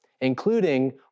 including